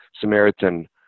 Samaritan